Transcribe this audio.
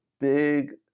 big